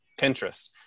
Pinterest